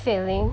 failing